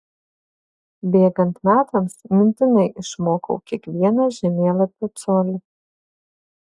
bėgant metams mintinai išmokau kiekvieną žemėlapio colį